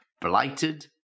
Blighted